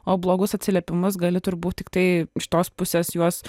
o blogus atsiliepimus gali turbūt tiktai iš tos pusės juos